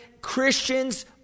Christians